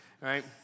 right